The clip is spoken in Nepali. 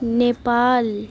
नेपाल